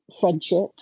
friendship